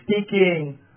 speaking